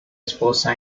esposa